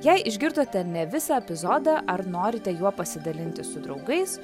jei išgirdote ne visą epizodą ar norite juo pasidalinti su draugais